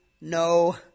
no